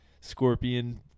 scorpion